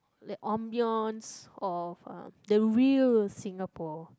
like ambience of uh the real Singapore